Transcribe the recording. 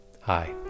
Hi